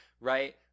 right